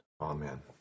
Amen